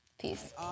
Peace